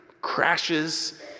crashes